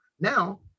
now